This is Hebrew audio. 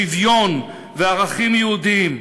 שוויון וערכים יהודיים.